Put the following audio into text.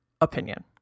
opinion